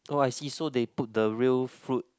oh I see so they put the real fruit